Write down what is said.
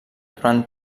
durant